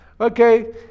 Okay